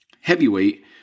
heavyweight